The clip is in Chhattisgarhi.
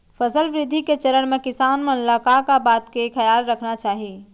फसल वृद्धि के चरण म किसान मन ला का का बात के खयाल रखना चाही?